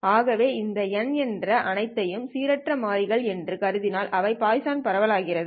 ஆகவே இந்த n என்ற அனைத்தையும் சீரற்ற மாறிகள் எனக் கருதினால் அவை பாய்சான் பரவல் ஆகிறது